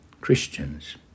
Christians